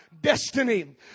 destiny